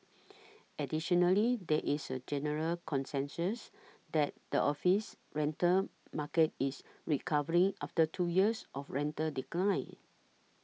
additionally there is a general consensus that the office rental market is recovering after two years of rental decline